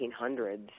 1800s